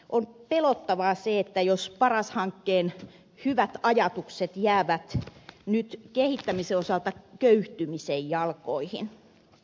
on pelottavaa se jos paras hankkeen hyvät ajatukset jäävät nyt kehittämisen osalta köyhtymisen jalkoihin